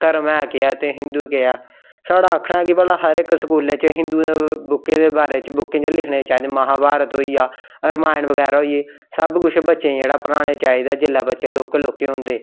धर्म है केह् ऐ ते हिंदू केह् ऐ साढ़ा आखना ऐ कि भला हर इक स्कूलें च हिंदुएं दे बुक्कें दे बारे च बुक्कें च लिखने चाहिदे महाभारत होई गेआ रामायण बगैरा होई गेई सब्भ कुछ बच्चें गी जेह्ड़ा पढ़ाना चाहिदा ऐ जेल्लै बच्चे लौह्के लौह्के होंदे